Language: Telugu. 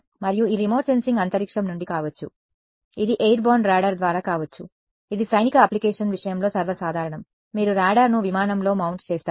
మరియు ఈ రిమోట్ సెన్సింగ్ అంతరిక్షం నుండి కావచ్చు ఇది ఎయిర్బోర్న్ రాడార్ ద్వారా కావచ్చు ఇది సైనిక అప్లికేషన్ విషయంలో సర్వసాధారణం మీరు రాడార్ను విమానంలో మౌంట్ చేస్తారు